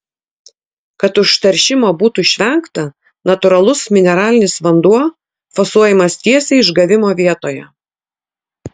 kad užteršimo būtų išvengta natūralus mineralinis vanduo fasuojamas tiesiai išgavimo vietoje